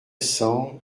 cent